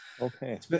Okay